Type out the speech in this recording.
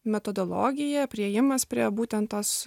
metodologija priėjimas prie būtent tos